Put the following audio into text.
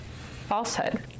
falsehood